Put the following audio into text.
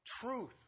truth